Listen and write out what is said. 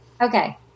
Okay